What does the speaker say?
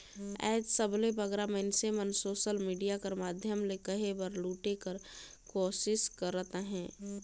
आएज सबले बगरा मइनसे मन सोसल मिडिया कर माध्यम ले कहे बर लूटे कर कोरनिस करत अहें